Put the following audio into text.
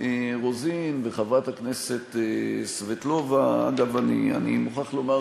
רוזין וחברת הכנסת סבטלובה, אגב, אני מוכרח לומר